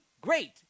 great